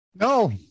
No